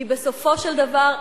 כי בסופו של דבר,